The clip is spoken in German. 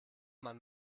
man